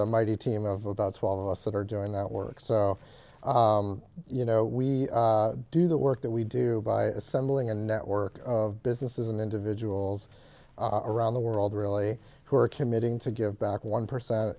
a mighty team of about twelve of us that are doing that work so you know we do the work that we do by assembling a network of businesses and individuals around the world really who are committing to give back one percent